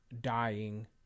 dying